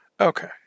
Okay